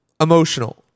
emotional